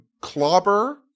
clobber